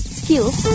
skills